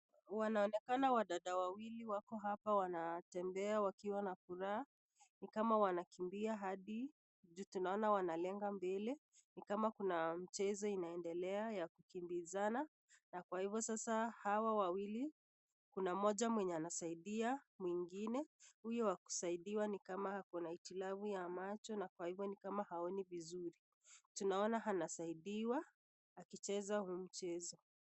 Wanaonekana wadada wawili wako hapa wanatembea wakiwa na furaha, ni kama wanakimbia hadi ju tunaona wanalenga mbele. Ni kama kuna mchezo inaendelea ya kukimbizana na kwa hivyo sasa hawa wawili, kuna mmoja mwenye anasaidia mwingine, huyo wa kusaidiwa ni kama ako na hitilafu ya macho na kwa hivyo ni kama haoni vizuri. Tunaona anasaidiwa akicheza huu mchezo.